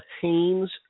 Haynes